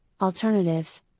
Alternatives